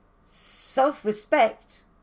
self-respect